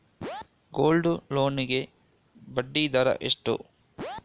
Gold loan ಗೆ ಬಡ್ಡಿ ದರ ಎಷ್ಟು?